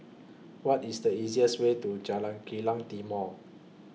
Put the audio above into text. What IS The easiest Way to Jalan Kilang Timor